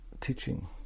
teaching